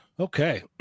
Okay